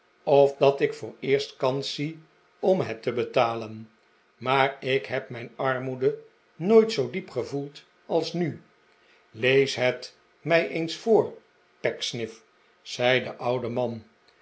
of dat ik vooreerst kans zie om het te betalen maar ik heb mijn armoede nooit zoo diep gevoeld als nu lees het mij eens voor pecksniff zei de oude man